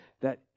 that